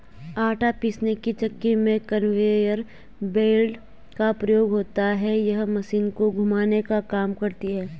आटा पीसने की चक्की में कन्वेयर बेल्ट का प्रयोग होता है यह मशीन को घुमाने का काम करती है